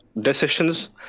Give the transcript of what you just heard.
decisions